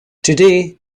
today